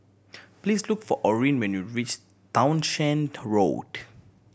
please look for Orrin when you reach Townshend Road